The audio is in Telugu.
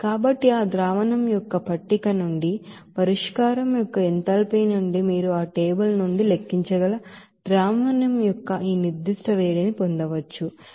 కాబట్టి ఆ ಸೊಲ್ಯೂಷನ್ యొక్క ಟೇಬಲ್పట్టిక నుండి పరిష్కారం యొక్క ఎంథాల్పీ నుండి మీరు ఆ టేబుల్ నుండి లెక్కించగల ಸೊಲ್ಯೂಷನ್ యొక్క ఈ ಸ್ಪೆಸಿಫಿಕ್ ಹೀಟ್ ని పొందవచ్చు ఇది ప్రతి mole కు 6